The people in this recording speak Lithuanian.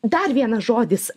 dar vienas žodis